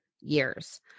years